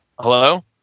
Hello